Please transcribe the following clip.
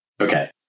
Okay